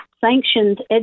sanctioned